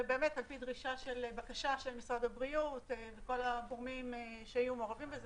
זה על פי בקשה של משרד הבריאות וכל הגורמים שהיו מעורבים בזה,